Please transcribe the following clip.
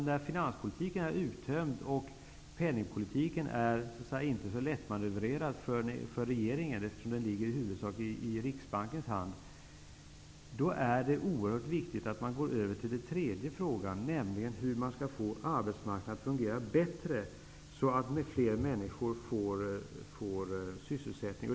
När finanspolitiken är uttömd och penningpolitiken är så att säga inte så lättmanövrerad för regeringen, eftersom den ligger i huvudsak i Riksbankens hand, då är det oerhört viktigt att man går över till den tredje frågan, nämligen hur man skall få arbetsmarknaden att fungera bättre, så att fler människor får sysselsättning.